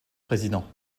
président